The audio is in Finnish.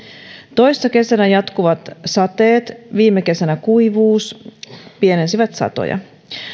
toissa kesänä jatkuvat sateet viime kesänä kuivuus pienensivät satoja